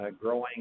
growing